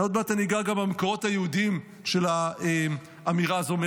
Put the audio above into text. ועוד מעט אני אגע גם במקורות היהודיים של האמירה הזאת,